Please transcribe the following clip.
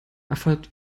erfolgt